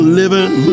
living